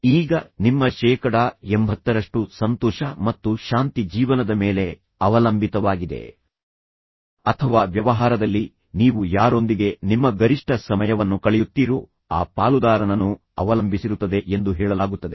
ಈಗ ನಿಮ್ಮ ಶೇಕಡಾ ಎಂಭತ್ತರಷ್ಟು ಸಂತೋಷ ಮತ್ತು ಶಾಂತಿ ಜೀವನದ ಮೇಲೆ ಅವಲಂಬಿತವಾಗಿದೆ ಅಥವಾ ವ್ಯವಹಾರದಲ್ಲಿ ನೀವು ಯಾರೊಂದಿಗೆ ನಿಮ್ಮ ಗರಿಷ್ಠ ಸಮಯವನ್ನು ಕಳೆಯುತ್ತೀರೋ ಆ ಪಾಲುದಾರನನ್ನು ಅವಲಂಬಿಸಿರುತ್ತದೆ ಎಂದು ಹೇಳಲಾಗುತ್ತದೆ